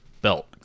belt